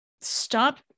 stop